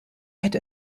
hätte